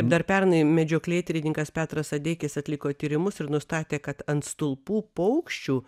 dar pernai medžioklėtyrininkas petras adeikis atliko tyrimus ir nustatė kad ant stulpų paukščių